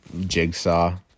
Jigsaw